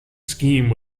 scheme